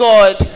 God